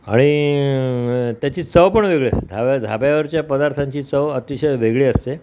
आणि त्याची चव पण वेगळी असते धाब्या धाब्यावरच्या पदार्थांची चव अतिशय वेगळी असते